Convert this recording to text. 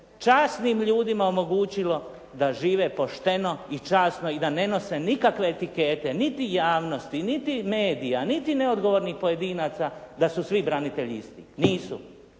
časnim ljudima omogućilo da žive pošteno i časno i da ne nose nikakve etikete niti javnosti, niti medija, niti neodgovornih pojedinaca da su svi branitelji isti. Nisu.